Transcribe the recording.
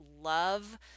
love